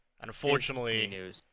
Unfortunately